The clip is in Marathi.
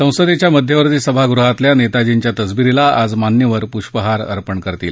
संसदेच्या मध्यवर्ती सभागृहातल्या नेताजींच्या तसबिरीला आज मान्यवर पुष्पहार अर्पण करतील